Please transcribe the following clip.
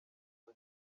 izo